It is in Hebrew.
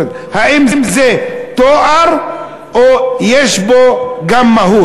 האם זה תואר או שיש בו גם מהות?